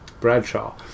Bradshaw